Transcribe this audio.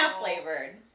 flavored